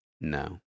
No